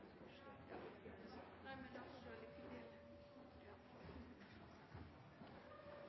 først – det er